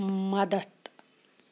مدتھ